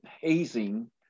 hazing